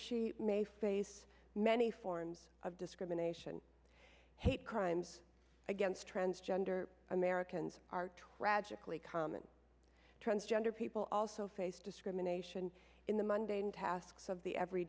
she may face many forms of discrimination hate crimes against transgender americans are trafficked lee common transgender people also face discrimination in the monday night tasks of the every